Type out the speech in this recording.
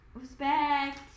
respect